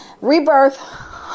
Rebirth